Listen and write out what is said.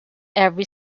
every